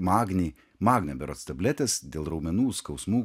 magnį magnio berods tabletės dėl raumenų skausmų